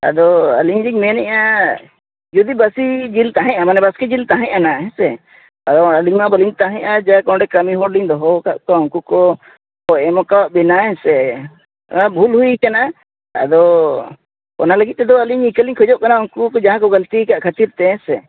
ᱟᱫᱚ ᱟᱹᱞᱤᱧᱞᱤᱧ ᱢᱮᱱᱮᱫᱼᱟ ᱡᱩᱫᱤ ᱵᱟᱹᱥᱤ ᱡᱤᱞ ᱛᱟᱦᱮᱸᱫᱼᱟ ᱢᱟᱱᱮ ᱵᱟᱥᱠᱮ ᱡᱤᱞ ᱛᱟᱦᱮᱸᱫᱼᱟᱱᱟ ᱦᱮᱸ ᱥᱮ ᱚᱻ ᱟᱹᱞᱤᱧᱢᱟ ᱵᱟᱹᱞᱤᱧ ᱛᱟᱦᱮᱸᱫ ᱡᱟᱠ ᱚᱸᱰᱮ ᱠᱟᱹᱢᱤ ᱦᱚᱲᱞᱤᱧ ᱫᱚᱦᱚ ᱟᱠᱟᱫ ᱠᱚᱣᱟ ᱩᱱᱠᱚᱠᱚ ᱮᱢ ᱟᱠᱟᱣᱟᱫᱵᱤᱱᱟ ᱦᱮᱸ ᱥᱮ ᱦᱮᱸ ᱵᱷᱩᱞ ᱦᱩᱭ ᱟᱠᱟᱱᱟ ᱟᱫᱚ ᱚᱱᱟ ᱞᱟᱹᱜᱤᱫᱛᱮᱫᱚ ᱟᱹᱞᱤᱧ ᱤᱠᱟᱹ ᱠᱷᱚᱡᱚᱜ ᱠᱟᱱᱟ ᱩᱱᱠᱚᱠᱚ ᱡᱟᱦᱟᱸᱭᱠᱚ ᱜᱟᱹᱞᱛᱤ ᱟᱠᱟᱫ ᱠᱷᱟᱹᱛᱤᱨᱛᱮ ᱦᱮᱸ ᱥᱮ